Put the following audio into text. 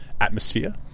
atmosphere